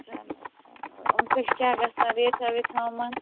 چلو چلو یِم کٔہۍ کیٛاہ گژھان ریٹھاہ ویٹھاہ یِمَن